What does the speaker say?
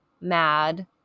mad